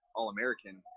All-American